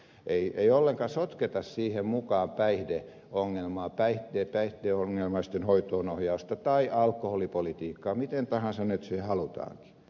ei ollenkaan sotketa siihen mukaan päihdeongelmaa päihdeongelmaisten hoitoonohjausta tai alkoholipolitiikkaa miten tahansa nyt se halutaankin